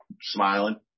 smiling